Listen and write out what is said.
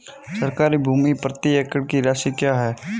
सरकारी भूमि प्रति एकड़ की राशि क्या है?